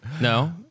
no